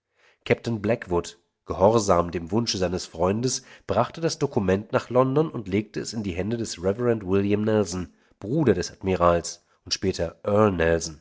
kapitän blackwood gehorsam dem wunsche seines freundes brachte das dokument nach london und legte es in die hände des rev william nelson bruder des admirals und später